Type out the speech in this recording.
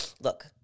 Look